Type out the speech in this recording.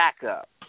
backup